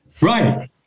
Right